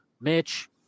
Mitch